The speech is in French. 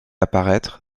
apparaître